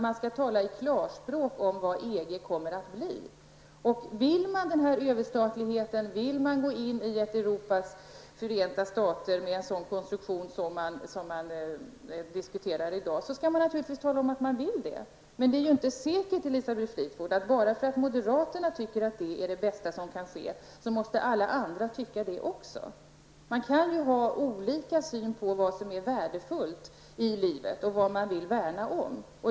Man skall tala klarspråk om vad EG kommer att innebära. Vill man ha överstatlighet, vill man gå in i ett Europas Förenta stater med en sådan konstruktion som diskuteras i dag, skall man naturligtvis tala om att det är vad man vill. Men bara för att moderaterna tycker att det är det bästa som kunde ske, Elisabeth Fleetwood, är det inte säkert att alla andra tycker det. Människor kan ju ha olika syn på vad som är värdefullt i livet och på vad de vill värna om.